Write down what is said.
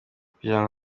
kugirango